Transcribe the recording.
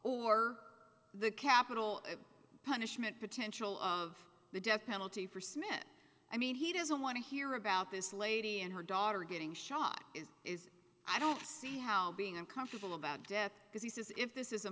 or the capital punishment potential of the death penalty for smith i mean he doesn't want to hear about this lady and her daughter getting shot is i don't see how being uncomfortable about death because he says if this is a